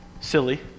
silly